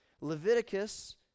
Leviticus